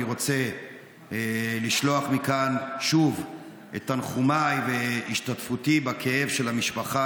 אני רוצה לשלוח מכאן שוב את תנחומיי והשתתפותי בכאב של המשפחה,